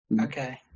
Okay